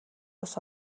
бус